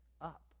up